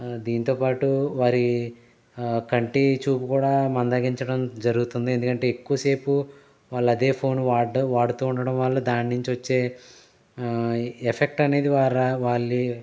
దీంతోపాటు వారి కంటి చూపు కూడా మందగించడం జరుగుతుంది ఎందుకంటే ఎక్కువసేపు వాళ్ళ అదే ఫోన్ వాడ్డం వాడుతూ ఉండటం వల్ల దాని నుంచి వచ్చే ఎఫెక్ట్ అనేది వారు వాళ్ళి